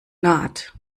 naht